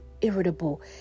irritable